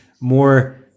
more